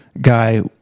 guy